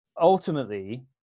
ultimately